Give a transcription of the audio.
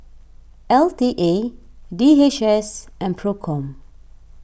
L T A D H S and Procom